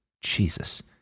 Jesus